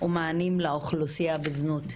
ומענים לאוכלוסייה בזנות.